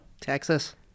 Texas